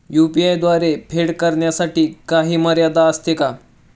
UPI द्वारे फेड करण्यासाठी काही मर्यादा असते का?